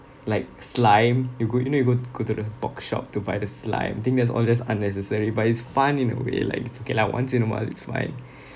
like slime you go you know you go t~ go to the bookshop to buy the slime thing that's all just unnecessary but it's fun in a way like it's okay lah once in a while it's fine